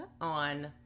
on